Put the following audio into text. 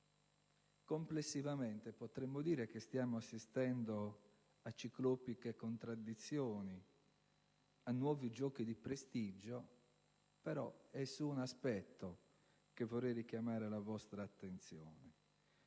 Complessivamente, potremmo dire che stiamo assistendo a ciclopiche contraddizioni, a nuovi giochi di prestigio. È su un aspetto, però, che vorrei richiamare la vostra attenzione: